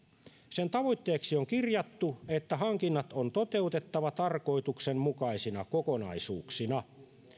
sen tavoitteeksi on kirjattu että hankinnat on toteutettava tarkoituksenmukaisina kokonaisuuksina